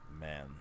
man